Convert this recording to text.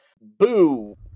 Boo